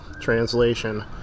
translation